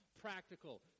practical